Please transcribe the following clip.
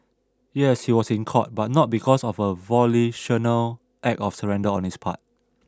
yes he was in court but not because of a volitional act of surrender on his part